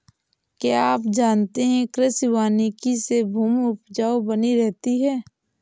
क्या आप जानते है कृषि वानिकी से भूमि उपजाऊ बनी रहती है?